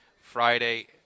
Friday